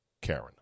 Karen